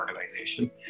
organization